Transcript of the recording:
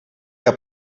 que